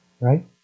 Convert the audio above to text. right